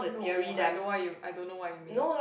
no I don't want you I don't know what you mean